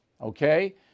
okay